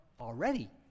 already